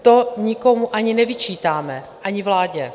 To nikomu ani nevyčítáme, ani vládě.